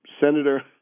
Senator